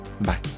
Bye